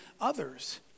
others